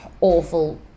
awful